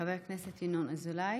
חבר הכנסת ינון אזולאי.